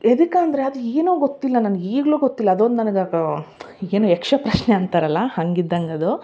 ಎದಕ ಅಂದರೆ ಅದು ಏನೋ ಗೊತ್ತಿಲ್ಲ ನನ್ಗ ಈಗಲೂ ಗೊತ್ತಿಲ್ಲ ಅದೊಂದು ನನ್ಗ ಏನೋ ಯಕ್ಷ ಪ್ರಶ್ನೆ ಅಂತಾರಲ್ಲ ಹಂಗಿದ್ದಂಗೆ ಅದು